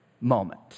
moment